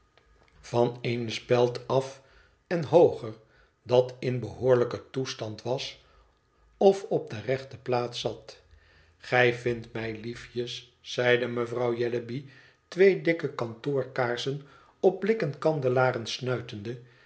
van eene speld af en hooger dat in behoorlijken toestand was of op de rechte plaats zat gij vindt mij liefjes zeide mevrouw jellyby twee dikke kantoorkaarsen op blikken kandelaren snuitende